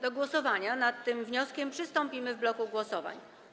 Do głosowania nad tym wnioskiem przystąpimy w bloku głosowań.